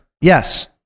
Yes